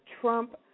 trump